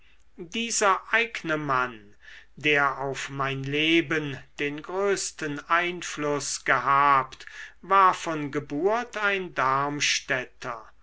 dieser eigne mann der auf mein leben den größten einfluß gehabt war von geburt ein darmstädter